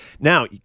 Now